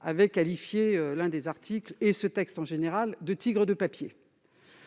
avait qualifié l'un des articles et ce texte en général de « tigre de papier ».